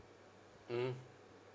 mm